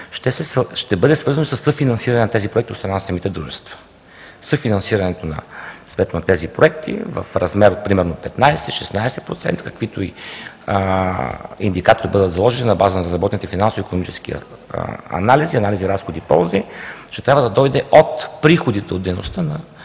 ще бъде свързано със съфинансиране на тези проекти от страна на самите дружества. Съфинансирането на тези проекти в размер, примерно 15 – 16%, каквито и индикатори да бъдат заложени на база на разработените финансови и икономически анализи – анализи, разходи и ползи ще трябва да дойде от приходите от дейността на